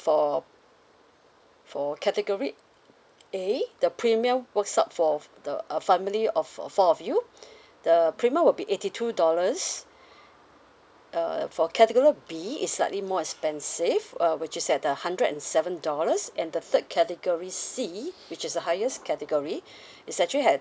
for for category A the premium works up for f~ the a family of four uh four of you the premium will be eighty two dollars uh for category B it's slightly more expensive uh which is at the hundred and seven dollars and the third category C which is the highest category it's actually at